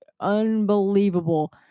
unbelievable